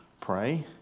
pray